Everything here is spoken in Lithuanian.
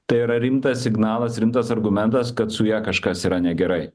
tai yra rimtas signalas rimtas argumentas kad su ja kažkas yra negerai